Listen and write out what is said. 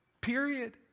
Period